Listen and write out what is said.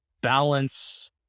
balance